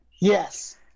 Yes